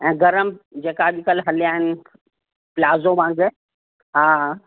ऐं गरम जेका अॼु कल्ह हलिया आहिनि प्लाज़ो वांगुरु हा